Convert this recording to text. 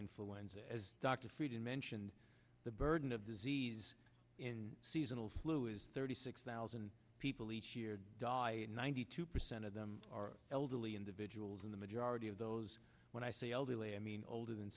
influenza as dr frieden mentioned the burden of disease in seasonal flu is thirty six thousand people each year die and ninety two percent of them are elderly individuals in the majority of those when i say elderly i mean older than